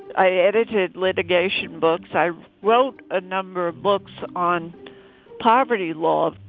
i edited litigation books. i wrote a number of books on poverty law.